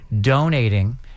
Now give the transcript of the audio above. Donating